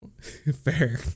Fair